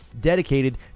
dedicated